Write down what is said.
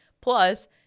Plus